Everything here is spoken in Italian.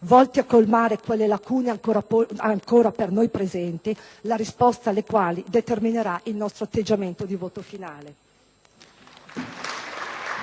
volti a colmare quelle lacune ancora per noi presenti, la risposta alle quali determinerà il nostro atteggiamento di voto finale.